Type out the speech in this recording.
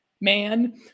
man